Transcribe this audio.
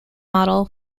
model